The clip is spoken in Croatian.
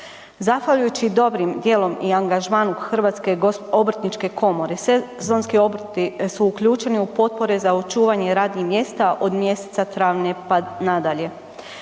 Zahvaljujući i dobrim dijelom i angažmanu Hrvatske obrtničke komore sezonski obrti su uključeni u potpore za očuvanje radnih mjesta od mjeseca travnja, pa nadalje.